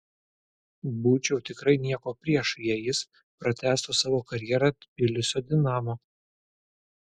būčiau tikrai nieko prieš jei jis pratęstų savo karjerą tbilisio dinamo